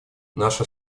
наша